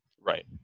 Right